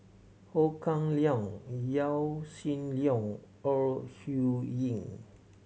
Ho Kah Leong Yaw Shin Leong Ore Huiying